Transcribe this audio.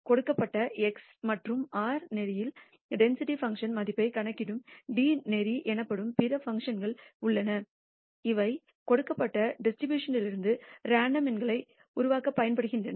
கொடுக்கப்பட்ட x மற்றும் r நெறியில் டென்சிட்டி பங்க்ஷன் மதிப்பைக் கணக்கிடும் d நெறி எனப்படும் பிற பங்க்ஷன்கள் உள்ளன அவை இந்த கொடுக்கப்பட்ட டிஸ்ட்ரிபூஷணனின்லிருந்து ரேண்டம் எண்களை உருவாக்கப் பயன்படுகின்றன